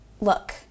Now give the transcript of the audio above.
look